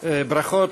בחומר.